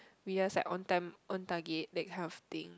we just like own time own target that kind of thing